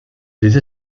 des